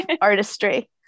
artistry